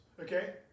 Okay